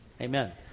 Amen